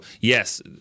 yes